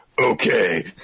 Okay